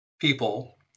people